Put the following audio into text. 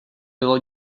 bylo